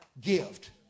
gift